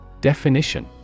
Definition